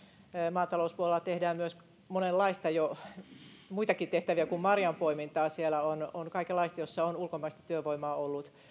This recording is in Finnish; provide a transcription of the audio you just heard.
maatalouspuolella tehdään monenlaista on muitakin tehtäviä kuin marjanpoimintaa ja siellä on on kaikenlaista missä on ulkomaista työvoimaa ollut